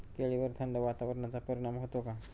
केळीवर थंड वातावरणाचा परिणाम होतो का?